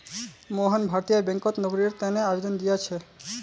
मोहन भारतीय बैंकत नौकरीर तने आवेदन दिया छे